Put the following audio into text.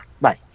Bye